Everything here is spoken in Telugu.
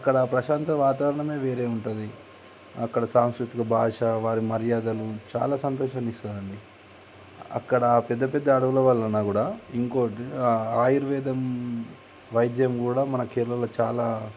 అక్కడ ప్రశాంత వాతావరణమే వేరే ఉంటుంది అక్కడ సాంస్కృతిక భాష వారి మర్యాదలు చాలా సంతోషాన్ని ఇస్తుందండి అక్కడ పెద్ద పెద్ద అడవుల వలన కూడా ఇంకొకటి ఆయుర్వేదం వైద్యం కూడా మన కేరళలో చాలా